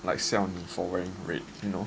quite shiong for wearing red you know